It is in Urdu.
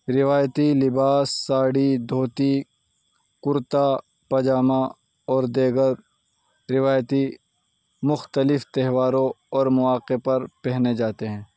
روایتی لباس ساڑی دھوتی کرتا پائجامہ اور دیگر روایتی مختلف تہواروں اور مواقع پر پہنے جاتے ہیں